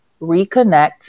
reconnect